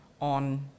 on